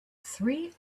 three